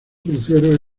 crucero